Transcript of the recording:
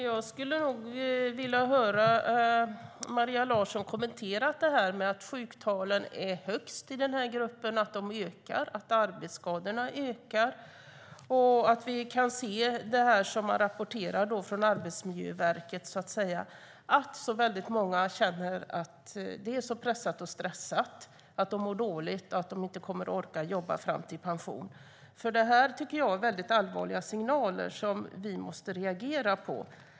Herr talman! Jag skulle vilja att Maria Larsson kommenterar att sjuktalen är högst i denna grupp, att sjuktalen och arbetsskadorna ökar samt det som Arbetsmiljöverket rapportar, nämligen att många känner att det är så pressat och stressat att de mår dåligt och inte kommer att orka jobba fram till pensionen. Jag tycker att detta är allvarliga signaler som vi måste reagera på.